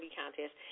contest